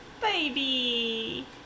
Baby